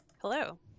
Hello